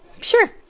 sure